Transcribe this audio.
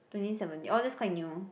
twenty seventeen oh that's quite new